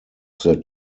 their